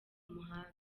umuhanda